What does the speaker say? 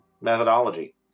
methodology